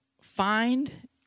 Find